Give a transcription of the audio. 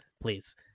please